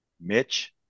Mitch